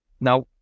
Now